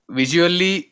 visually